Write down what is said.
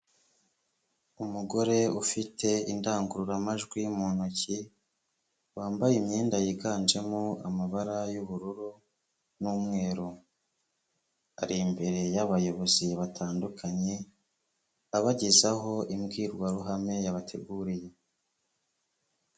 Umugore ufite indangururamajwi mu ntoki, wambaye imyenda yiganjemo amabara y'ubururu n'umweru. Ari imbere y'abayobozi batandukanye, abagezaho imbwirwaruhame yabateguriye.